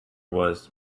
was